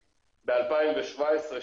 ב-2017,